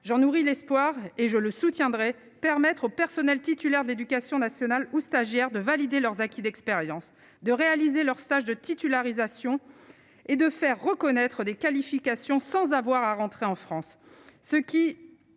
Jean nourrit l'espoir et je le soutiendrai permettre au personnel titulaires de l'Éducation nationale ou stagiaires de valider leurs acquis d'expérience de réaliser leur stage de titularisation et de faire reconnaître des qualifications sans avoir à rentrer en France, ce qui